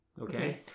okay